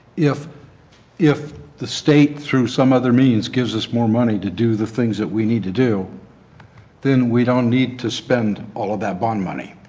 if if the state through some other means gives us more money to do the things we need to do then we don't need to spend all of that bond money.